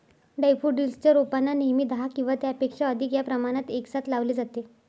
daffodils च्या रोपांना नेहमी दहा किंवा त्यापेक्षा अधिक या प्रमाणात एकसाथ लावले जाते